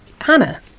Hannah